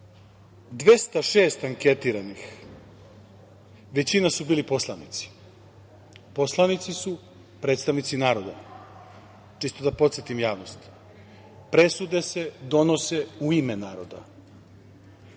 206 anketiranih, većina su bili poslanici, poslanici su predstavnici naroda, čisto da podsetim javnost, presude se donose u ime naroda,